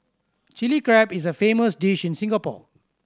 Chilli Crab is a famous dish in Singapore